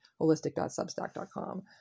holistic.substack.com